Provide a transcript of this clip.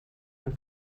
dem